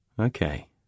Okay